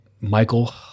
Michael